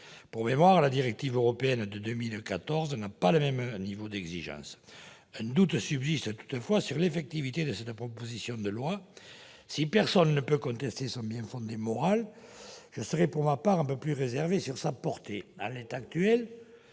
Pour mémoire, la directive européenne de 2014 n'affiche pas le même niveau d'exigence. Un doute subsiste toutefois sur l'effectivité de cette proposition de loi. Si personne ne peut contester son bien-fondé moral, je serai pour ma part un peu plus réservé sur sa portée. En l'état actuel,